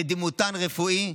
ודימותן רפואי,